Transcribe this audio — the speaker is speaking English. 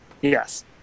Yes